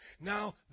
Now